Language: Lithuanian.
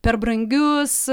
per brangius